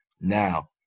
Now